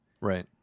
Right